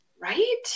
right